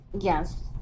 yes